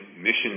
mission